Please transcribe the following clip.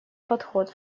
подход